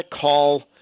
call